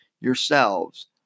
yourselves